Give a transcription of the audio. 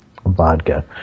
vodka